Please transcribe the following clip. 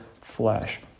flesh